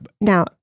now